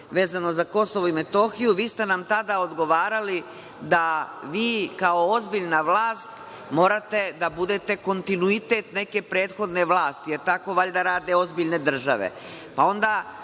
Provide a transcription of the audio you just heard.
vezano za Kosovo i Metohiju, vi ste nam tada odgovarali da vi kao ozbiljna vlast morate da budete kontinuitet neke prethodne vlasti, jer tako valjda rade ozbiljne države. Pa,